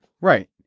Right